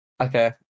Okay